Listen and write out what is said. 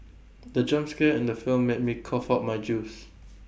the jump scare in the film made me cough out my juice